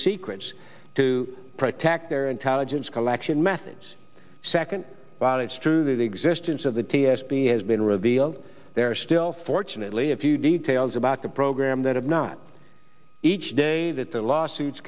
secrets to protect their intelligence collection methods second bot it's true the existence of the t s p has been revealed there are still fortunately a few details about the program that have not each day that the lawsuits